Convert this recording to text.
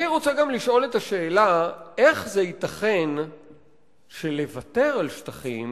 ונשאלת השאלה, איך ייתכן שלוותר על שטחים